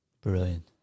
Brilliant